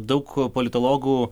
daug politologų